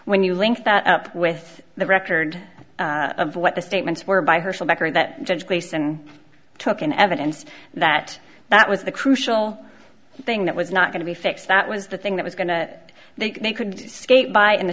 when you link that up with the record of what the statements were by herschel becker that judge place and took in evidence that that was the crucial thing that was not going to be fixed that was the thing that was going to they may could skate by in the